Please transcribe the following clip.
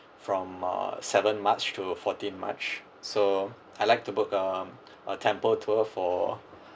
from uh seven march to fourteen march so I'd like to book a a temple tour for